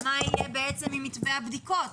מה יהיה עם מתווה הבדיקות?